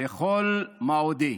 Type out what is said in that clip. בכל מאודי.